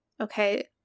okay